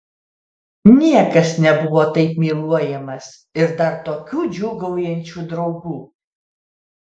niekas nebuvo taip myluojamas ir dar tokių džiūgaujančių draugų